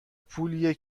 پولیه